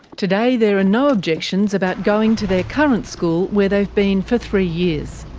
today, there are no objections about going to their current school, where they've been for three years.